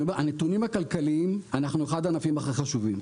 הנתונים הכלכליים אנחנו אחד הענפים הכי חשובים.